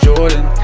Jordan